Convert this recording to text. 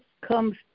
comes